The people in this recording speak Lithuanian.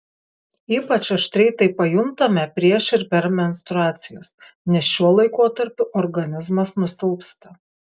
ypač aštriai tai pajuntame prieš ir per menstruacijas nes šiuo laikotarpiu organizmas nusilpsta